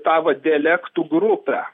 tą va dialektų grupę